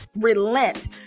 relent